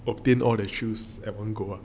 obtain all their shoes at one go